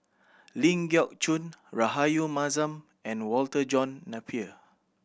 Ling Geok Choon Rahayu Mahzam and Walter John Napier